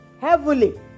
Heavily